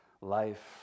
life